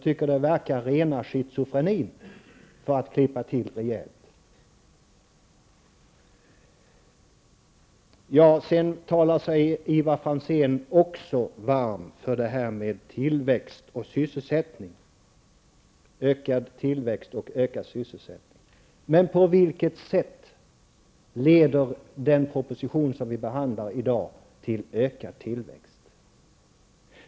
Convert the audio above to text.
Det verkar vara rena schizofrenin, för att klippa till rejält. Sedan talar sig Ivar Franzén också varm för ökad tillväxt och ökad sysselsättning. Men på vilket sätt leder den proposition som vi behandlar i dag till ökad tillväxt?